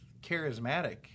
charismatic